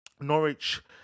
Norwich